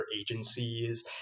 agencies